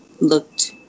looked